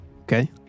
okay